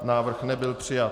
Návrh nebyl přijat.